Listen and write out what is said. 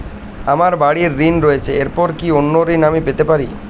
আমার বাড়ীর ঋণ রয়েছে এরপর কি অন্য ঋণ আমি পেতে পারি?